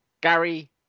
Gary